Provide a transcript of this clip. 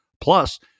plus